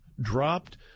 dropped